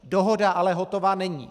Dohoda ale hotová není.